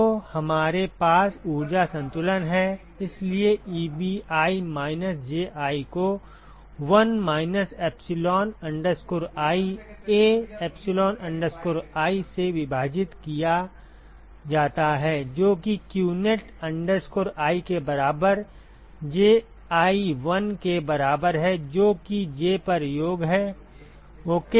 तो हमारे पास ऊर्जा संतुलन है इसलिए Ebi माइनस Ji को 1 minus epsilon i A epsilon i से विभाजित किया जाता है जो कि qnet i के बराबर Ji1 के बराबर है जो कि J पर योग है ओके